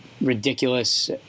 ridiculous